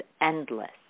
endless